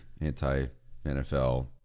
anti-NFL